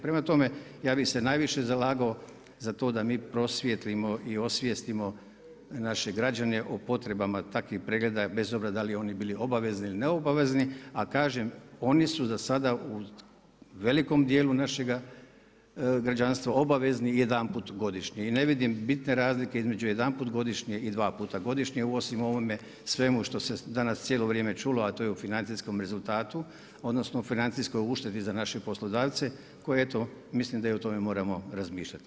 Prema tome, ja bih se najviše zalagao da mi prosvijetlimo i osvijestimo naše građane o potrebama takvih pregleda bez obzira da li oni bili obavezni ili ne obavezni, a kažem oni su za sada u velikom dijelu našega građanstva obavezni jedanput godišnje i ne vidim bitne razlike između jedanput godišnje i dva puta godišnje osim u ovome svemu što se danas cijelo vrijeme čulo, a to je u financijskom rezultatu odnosno o financijskoj uštedi za naše poslodavce koje eto mislim da i o tome moramo razmišljati.